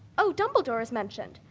oh, dumbledore is mentioned.